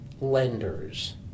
lenders